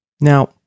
Now